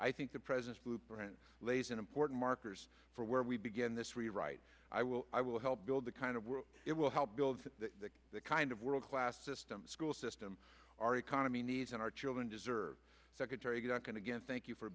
i think the president's blueprint lays an important markers for where we begin this rewrite i will i will help build the kind of it will help build the kind of world class system school system our economy needs and our children deserve secretary going again thank you for